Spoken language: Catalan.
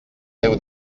déu